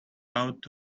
out